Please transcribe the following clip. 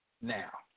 now